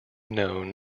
known